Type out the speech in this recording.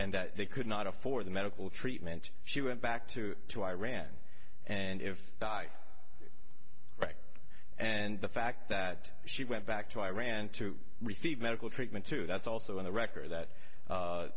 and that they could not afford the medical treatment she went back to to iran and if by right and the fact that she went back to iran to receive medical treatment too that's also on the record that